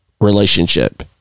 relationship